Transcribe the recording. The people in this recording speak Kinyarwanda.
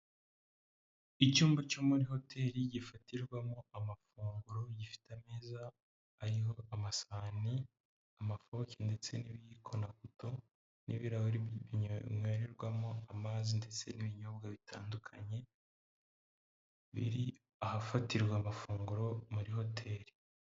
Icyumba cyo muri hoteri gifatirwamo amafunguro, gifite ameza ariho amasahani amafoke ndetse n'ibiyiko na kuto n'ibirahurie binywererwamo amazi ndetse n'ibinyobwa bitandukanye biri ahafatirwa amafunguro muri hoteri.